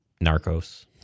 Narcos